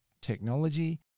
technology